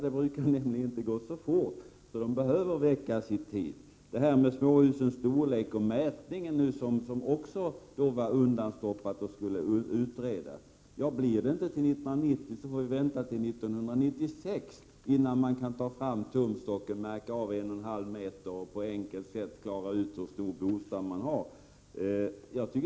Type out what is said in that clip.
Det brukar ju inte gå så fort, och frågorna behöver väckas i tid. Om frågan om småhusens storlek och mätningen — som också var undanstoppad och skulle utredas — inte behandlas före 1990, får man vänta till 1996 innan man kan ta fram tumstocken, märka av en och en halv meter och på ett enkelt sätt klara ut hur stor bostad man har.